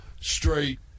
straight